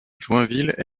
joinville